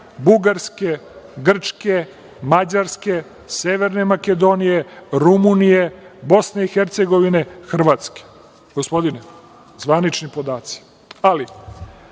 Bugarske, Grčke, Mađarske, Severne Makedonije, Rumunije, BiH, Hrvatske. Gospodine, zvanični podaci. Prešao